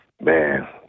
man